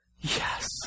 yes